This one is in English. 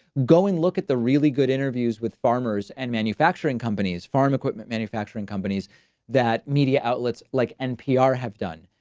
go and look at the really good interviews with farmers and manufacturing companies, farm equipment, manufacturing companies that media outlets like npr have done.